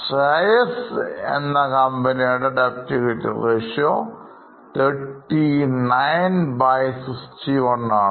Shreyasഎന്ന കമ്പനിക്ക് Debt equity ratio 3961 ആണ്